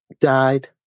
died